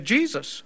Jesus